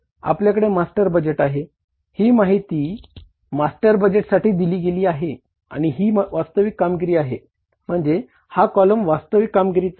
आपल्याकडे master budget आहे ही माहिती मास्टर बजेटसाठी दिली गेली आहे आणि ही वास्तविक कामगिरी आहे म्हणजे हा कॉलम वास्तविक कामगिरीचा आहे